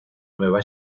nueva